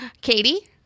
Katie